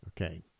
okay